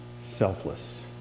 selfless